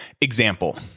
example